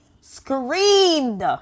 screamed